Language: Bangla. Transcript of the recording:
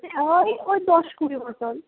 হ্যাঁ ওই ওই দশ কুড়ি মতন